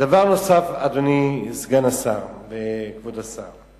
דבר נוסף, כבוד השר,